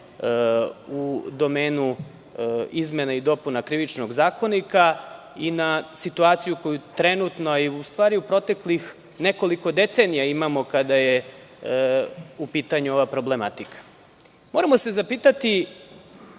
u domenu izmena i dopuna Krivičnog zakonika i na situaciju koju trenutno i u proteklih nekoliko decenija imamo kada je u pitanju ova problematika. Moramo se zapitati